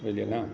बुझलियै ने